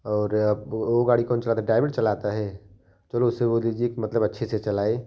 और वह गाड़ी कौनसी चलाता ड्राइवर चलाता है चलो उससे बोल दीजिए कि मतलब अच्छे से चलाए